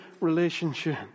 relationship